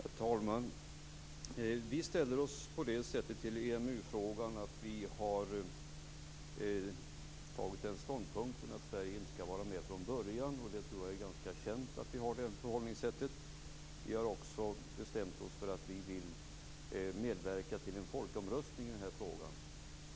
Herr talman! Vi ställer oss på det sättet till EMU frågan att vi har tagit ståndpunkt för att Sverige inte skall vara med från början. Jag tror att det är ganska känt att vi har det förhållningssättet. Vi har också bestämt oss för att vi vill medverka till en folkomröstning i denna fråga.